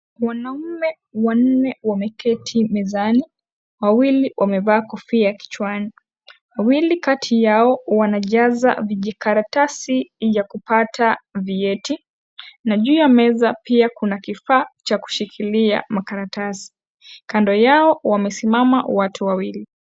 Wanaume wanne wameketi mezani wawili wamevaa kofia kichwani . Wawili kati yao wanajaza vijikaratasi vya kupata vyeti na juu ya meza pia kuna kifaa cha kushikilia makaratasi . Kando yao wamesimama watu wawili.